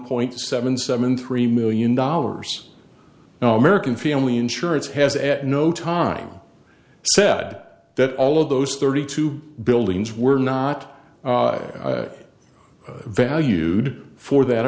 point seven seven three million dollars now american family insurance has at no time said that all of those thirty two buildings were not valued for that